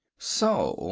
so,